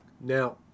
Now